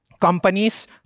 companies